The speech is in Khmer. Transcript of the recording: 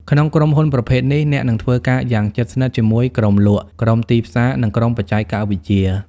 ក្នុងក្រុមហ៊ុនប្រភេទនេះ អ្នកនឹងធ្វើការយ៉ាងជិតស្និទ្ធជាមួយក្រុមលក់ ក្រុមទីផ្សារ និងក្រុមបច្ចេកវិទ្យា។